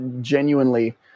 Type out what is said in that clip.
genuinely